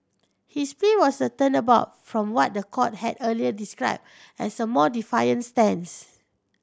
his plea was a turnabout from what the court had earlier described as a more defiant stance